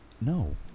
No